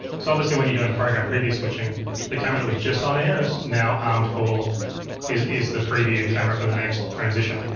so obviously when you're doing program preview switching the camera that was just on-air is now armed for is is the preview camera for the next transition.